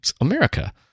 America